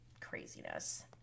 craziness